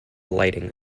lighting